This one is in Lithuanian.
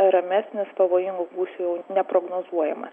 ramesnis pavojingų gūsių jau neprognozuojama